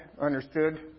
understood